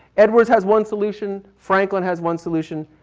edwards has one solution, franklin has one solution,